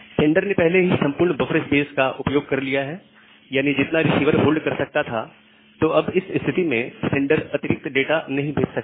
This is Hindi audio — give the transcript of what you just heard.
सेंडर ने पहले ही संपूर्ण बफर स्पेस का उपयोग कर लिया है यानी जितना रिसीवर होल्ड कर सकता था तो अब इस स्थिति में सेंडर अतिरिक्त डेटा नहीं भेज सकता